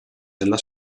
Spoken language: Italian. della